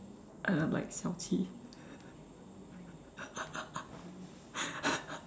uh like Xiao-Qi